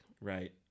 Right